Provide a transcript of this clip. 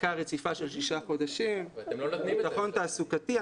העסקה רציפה של שישה חודשים, ביטחון תעסוקתי.